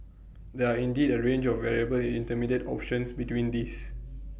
there are indeed A range of viable intermediate options between these